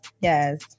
Yes